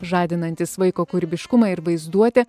žadinantys vaiko kūrybiškumą ir vaizduotę